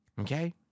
okay